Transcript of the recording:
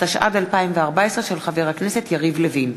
התשע"ד 2014, של חבר הכנסת יריב לוין.